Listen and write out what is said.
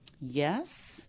yes